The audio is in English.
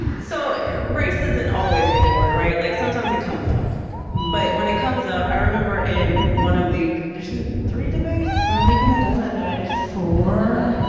so race isn't always ignored, right? like sometimes it comes up but when it comes up, i remember in one of the three debates i'm i'm making that and i'm knighted for